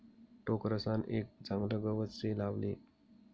टोकरसान एक चागलं गवत से लावले